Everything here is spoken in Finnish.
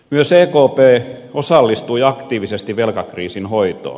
myös ekp osallistui aktiivisesti velkakriisin hoitoon